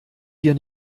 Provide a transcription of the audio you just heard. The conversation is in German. hier